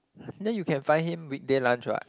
then you can find him weekday lunch what